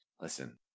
Listen